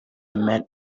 met